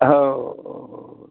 हो हो हो हो